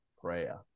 prayer